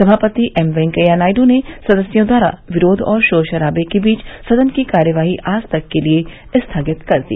सभापति एम वेंकैया नायडू ने सदस्यों द्वारा विरोध और शोर शरावे के बीच सदन की कार्यवाही आज तक के लिए स्थगित कर दी